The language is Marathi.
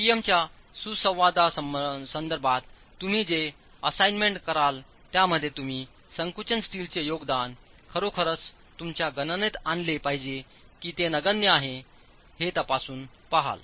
P M च्या सुसंवादसंदर्भात तुम्ही जे असाईनमेंट कराल त्यामध्ये तुम्ही संकुचन स्टीलचे योगदान खरोखरच तुमच्या गणनेत आणले पाहिजे किंवा ते नगण्य आहे का हे तपासून पाहाल